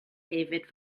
hefyd